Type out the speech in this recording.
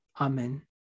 Amen